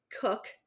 cook